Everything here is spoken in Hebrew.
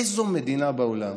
איזו מדינה בעולם